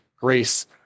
grace